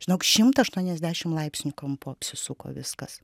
žinok šimtą aštuoniasdešim laipsnių kampu apsisuko viskas